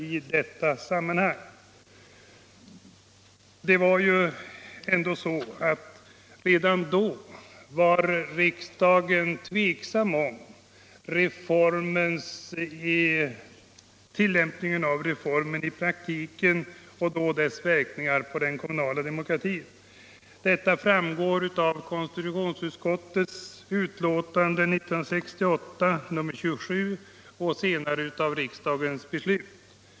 Redan då var ju riksdagen tveksam när det gällde tillämpningen av reformen i praktiken med tanke på dess verkningar för den kommunala demokratin. Detta framgår av konstitutionsutskottets utlåtande 1968:27 och senare av riksdagens beslut.